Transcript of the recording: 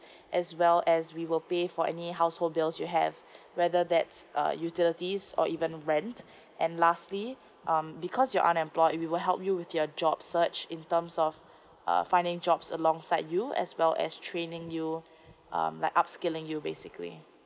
well as we will pay for any household bills you have whether that's uh utilities or even rent and lastly um because you're unemployed we will help you with your job search in terms of uh finding jobs alongside you as well as training you um like upskilling you basically